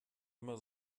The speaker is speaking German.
immer